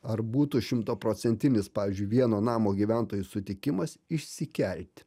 ar būtų šimtaprocentinis pavyzdžiui vieno namo gyventojų sutikimas išsikelti